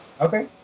Okay